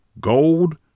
gold